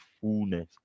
fullness